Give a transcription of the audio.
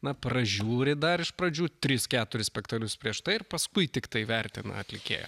na pražiūri dar iš pradžių tris keturis spektalius prieš tai ir paskui tiktai vertina atlikėją